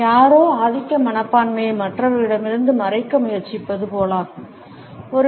யாரோ ஆதிக்க மனப்பான்மையை மற்றவர்களிடமிருந்து மறைக்க முயற்சிப்பது போலாகும்